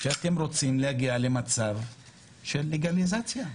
שאתם רוצים להגיע למצב של לגליזציה,